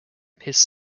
his